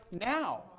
now